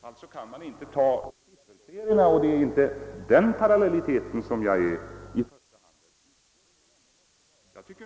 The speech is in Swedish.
Alltså kan man inte bygga på sifferserierna, och det är inte heller en sådan parallellitet som jag i första hand efterlyser.